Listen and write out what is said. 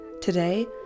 Today